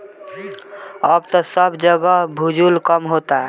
अब त सब जगह भूजल कम होता